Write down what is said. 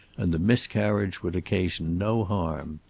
and the miscarriage would occasion no harm.